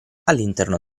all’interno